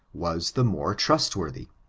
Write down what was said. was the more trustworthy.